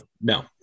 No